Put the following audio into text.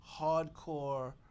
hardcore